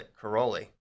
Caroli